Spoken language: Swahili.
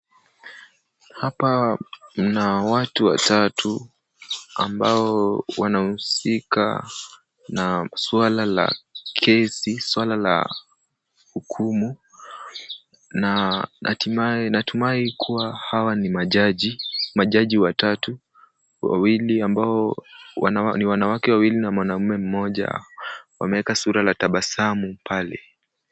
Hapa, mna watu watatu, ambao wanahusika, na swala la kesi, swala la hukumu, na natumai natumai kuwa hawa ni majaji. Majaji watatu, wawili ambao ni wanawake wawili na mwanaume mmoja wameeka sura la tabasamu pale.